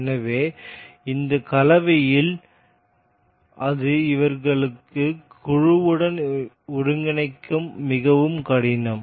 எனவே இந்த கலவையில் அது இவர்களை குழுவுடன் ஒருங்கிணைப்பது மிகவும் கடினம்